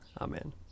Amen